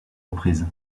reprise